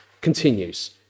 continues